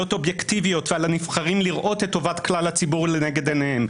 אובייקטיביות ועל הנבחרים לראות את טובת כלל הציבור לנגד עיניהם.